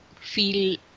feel